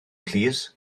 plîs